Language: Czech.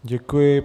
Děkuji.